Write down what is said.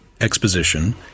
exposition